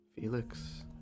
Felix